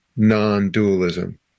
non-dualism